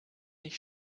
ich